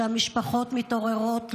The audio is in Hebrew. שהמשפחות מתעוררות,